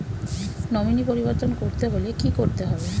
Nominee পরিবর্তন করতে হলে কী করতে হবে?